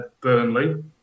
burnley